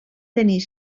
tenir